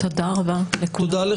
אוקיי, תודה רבה לכולם.